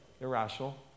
irrational